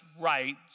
right